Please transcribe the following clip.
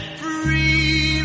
free